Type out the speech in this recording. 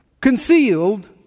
concealed